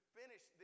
finish